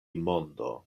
mondo